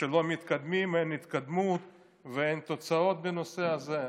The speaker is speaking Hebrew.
שלא מתקדמים, שאין התקדמות ואין תוצאות בנושא הזה.